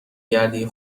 گردی